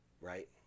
Right